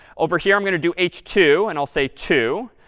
over here, i'm going to do h two, and i'll say two.